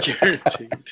Guaranteed